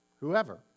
whoever